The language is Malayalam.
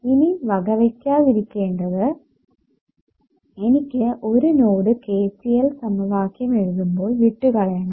ഇനി വകവയ്ക്കാതിരിക്കേണ്ടത് എനിക്ക് ഒരു നോഡ് KCL സമവാക്യം എഴുതുമ്പോൾ വിട്ടുകളയണം